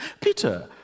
Peter